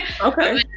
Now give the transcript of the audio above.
Okay